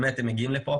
כולם מגיעים לכאן.